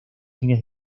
fines